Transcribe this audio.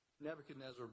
Nebuchadnezzar